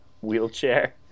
wheelchair